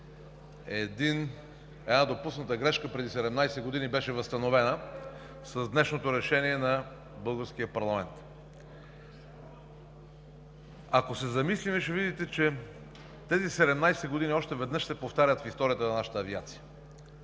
една допусната грешка преди 17 години беше възстановена с днешното решение на българския парламент. Ако се замислим, ще видите, че тези 17 години още веднъж се повтарят в историята на нашата авиация.